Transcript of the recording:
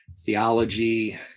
theology